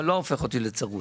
זה לא הופך אותי לצרוד.